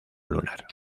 lunar